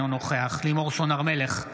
אינו נוכח לימור סון הר מלך,